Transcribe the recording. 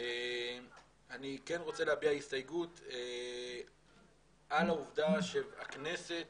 אני כן רוצה להביע הסתייגות מהעובדה שוועדות הכנסת